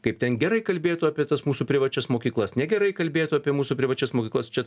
kaip ten gerai kalbėtų apie tas mūsų privačias mokyklas negerai kalbėtų apie mūsų privačias mokyklas čia